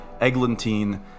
Eglantine